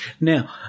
Now